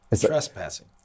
Trespassing